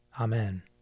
Amen